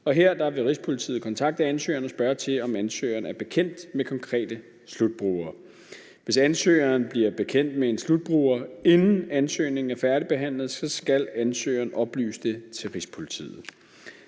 her vil Rigspolitiet kontakte ansøgeren og spørge til, om ansøgeren er bekendt med konkrete slutbrugere. Hvis ansøgeren bliver bekendt med en slutbruger, inden ansøgningen er færdigbehandlet, skal ansøgeren oplyse det til Rigspolitiet.